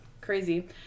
crazy